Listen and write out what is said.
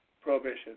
prohibition